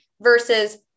versus